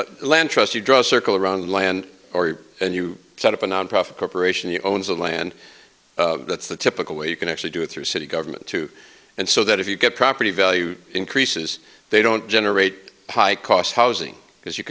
the land trust you draw a circle around the land and you set up a nonprofit corporation that owns the land that's the typical way you can actually do it through city government too and so that if you get property value increases they don't generate high cost housing because you